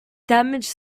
damage